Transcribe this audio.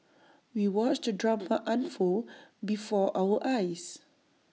we watched the drama unfold before our eyes